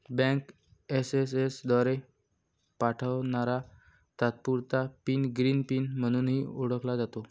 bank SMS द्वारे पाठवणारा तात्पुरता पिन ग्रीन पिन म्हणूनही ओळखला जातो